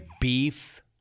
beef